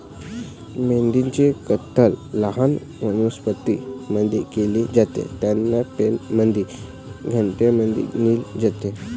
मेंढ्यांची कत्तल लहान वनस्पतीं मध्ये केली जाते, त्यांना पेनमध्ये गटांमध्ये नेले जाते